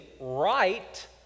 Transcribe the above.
right